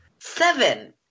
Seven